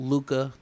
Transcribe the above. Luca